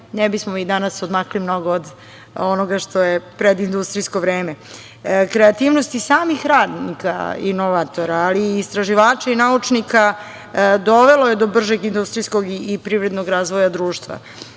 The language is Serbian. ne bismo mi danas odmakli mnogo od onoga što je predindustrijsko vreme. Kreativnost i samih radnika inovatora, ali i istraživači i naučnika dovelo je do bržeg industrijskog i privrednog razvoja društva.